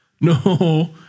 no